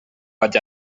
vaig